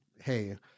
Hey